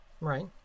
right